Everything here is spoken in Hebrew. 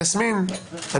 יסמין,